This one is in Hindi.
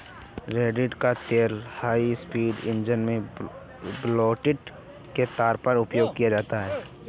रेड़ का तेल हाई स्पीड इंजन में लुब्रिकेंट के तौर पर उपयोग किया जाता है